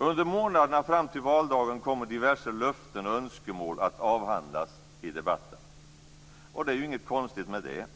Under månaderna fram till valdagen kommer diverse löften och önskemål att avhandlas i debatten. Och det är ju inte något konstigt med det.